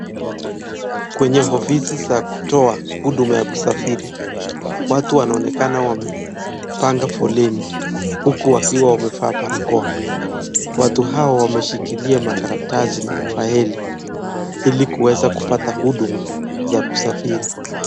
Kwenye ofisi za kutoa huduma ya kusafiri, watu wanaonekana wamepanga foleni huku wakiwa wamevaa barakoa. Watu hawa wameshikilia makaratasi na mafaili ili kuweza kupata huduma za kusafiri.